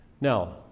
Now